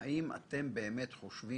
- האם אתם חושבים